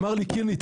הוא אמר לי: קינלי,